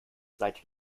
seit